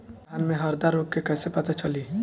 धान में हरदा रोग के कैसे पता चली?